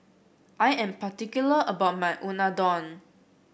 I am particular about my Unadon